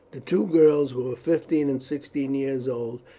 the two girls, who were fifteen and sixteen years old,